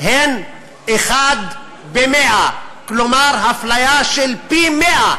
הם 1 מ-100, כלומר, אפליה של פי-100,